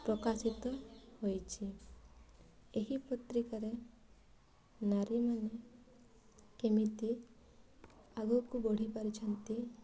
ପ୍ରକାଶିତ ହୋଇଛି ଏହି ପତ୍ରିକାରେ ନାରୀମାନେ କେମିତି ଆଗକୁ ବଢ଼ି ପାରିଛନ୍ତି